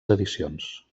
edicions